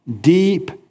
Deep